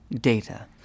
data